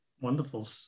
Wonderful